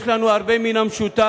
יש לנו הרבה מן המשותף.